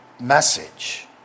message